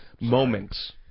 moments